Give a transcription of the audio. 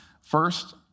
First